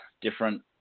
different